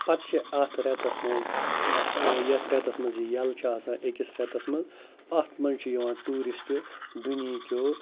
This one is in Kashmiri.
پَتہٕ چھِ اَتھ رٮ۪تَس منٛز یَتھ رٮ۪تَس منٛز یہِ یَلہٕ چھِ آسان أکِس رٮ۪تَس منٛز اَتھ منٛز چھُ یِوان ٹوٗرِسٹ دُنہیٖکیو